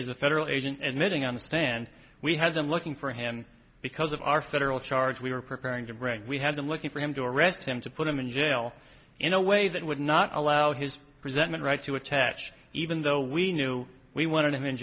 is a federal agent admitting on the stand we had been looking for him because of our federal charge we were preparing to bring we had been looking for him to arrest him to put him in jail in a way that would not allow his presentment right to attach even though we knew we wanted him in